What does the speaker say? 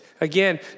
Again